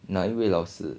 哪一位老师